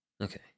Okay